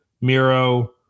Miro